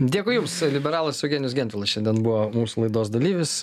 dėkui jums liberalas eugenijus gentvilas šiandien buvo mūsų laidos dalyvis